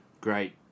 great